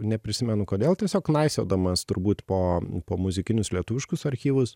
neprisimenu kodėl tiesiog knaisiodamas turbūt po po muzikinius lietuviškus archyvus